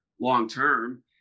long-term